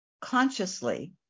consciously